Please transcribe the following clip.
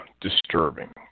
disturbing